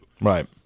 Right